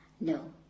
No